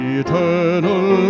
eternal